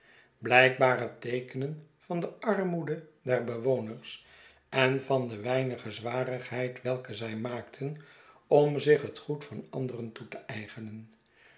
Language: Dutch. bhjkbare teekenen van de armoede der bewoners en van de weinige zwarigheid welke zij maakten om zich het goed van anderen toe te eigenen